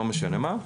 לא משנה מה,